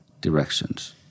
directions